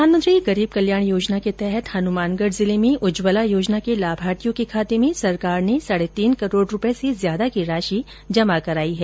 प्रधानमंत्री गरीब कल्याण योजना के तहत हनुमानगढ़ जिले में उज्ज्वला योजना के लाभार्थियों के खाते में सरकार ने साढे तीन करोड़ रूपए से ज्यादा की राशि जमा करायी है